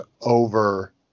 over